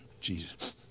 Jesus